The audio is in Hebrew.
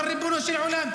אבל ריבונו של עולם,